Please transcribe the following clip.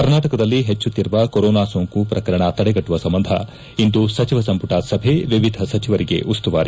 ಕರ್ನಾಟಕದಲ್ಲಿ ಹೆಚ್ಚುತ್ತಿರುವ ಕೊರೊನಾ ಸೋಂಕು ಪ್ರಕರಣ ತಡೆಗಟ್ಟುವ ಸಂಬಂಧ ಇಂದು ಸಚಿವ ಸಂಪುಟ ಸಭೆ ವಿವಿಧ ಸಚಿವರಿಗೆ ಉಸ್ತುವಾರಿ